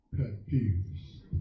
confused